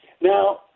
Now